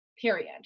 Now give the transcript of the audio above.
period